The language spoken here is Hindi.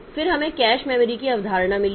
फिर हमें कैश मेमोरी की अवधारणा मिली है